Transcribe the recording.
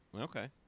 Okay